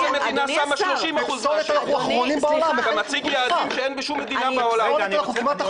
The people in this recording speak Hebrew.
אתה משיג יעדים שאין בשום מדינה בעולם.